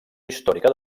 històrica